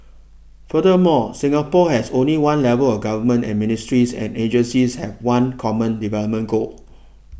furthermore Singapore has only one level of government and ministries and agencies have one common development goal